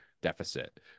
deficit